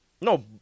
No